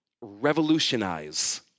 revolutionize